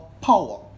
power